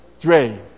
Dre